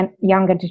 younger